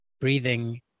breathing